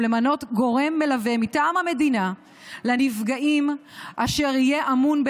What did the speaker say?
ולמנות גורם מלווה מטעם המדינה לנפגעים אשר יהיה אמון,